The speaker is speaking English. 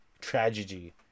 Tragedy